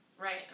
right